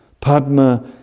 Padma